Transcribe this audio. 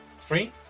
Three